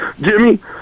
Jimmy –